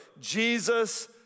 Jesus